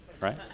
right